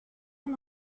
amb